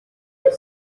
you